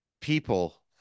People